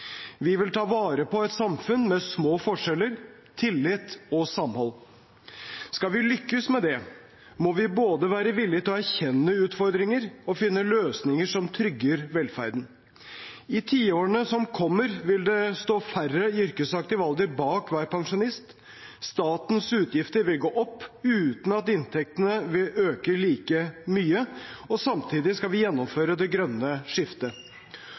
Vi vil ta vare på et samfunn med små forskjeller, tillit og samhold. Skal vi lykkes med det, må vi være villige til både å erkjenne utfordringer og finne løsninger som trygger velferden. I tiårene som kommer, vil det stå færre i yrkesaktiv alder bak hver pensjonist. Statens utgifter vil gå opp, uten at inntektene vil øke like mye. Samtidig skal vi gjennomføre det grønne skiftet.